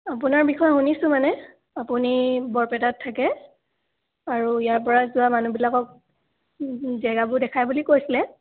আপোনাৰ বিষয়ে শুনিছোঁ মানে আপুনি বৰপেটাত থাকে আৰু ইয়াৰপৰা যোৱা মানুহবিলাকক জেগাবোৰ দেখাই বুলি কৈছিলে